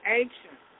ancient